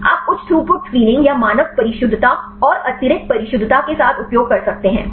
आप उच्च throughput screening या मानक परिशुद्धता और अतिरिक्त परिशुद्धता के साथ उपयोग कर सकते हैं